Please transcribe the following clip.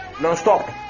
non-stop